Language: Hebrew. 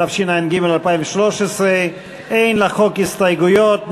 התשע"ג 2013. אין לחוק הסתייגויות,